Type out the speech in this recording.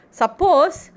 suppose